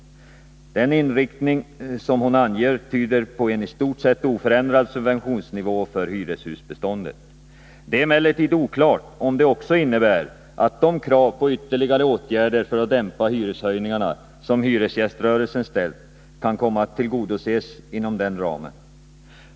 Den inriktning som hon anger tyder på en i stort sett oförändrad subventionsnivå för hyreshusbeståndet. Det är emellertid oklart om det också innebär att de av hyresgäströrelsen ställda kraven på ytterligare åtgärder för att dämpa hyreshöjningarna kan komma att tillgodoses inom den ramen.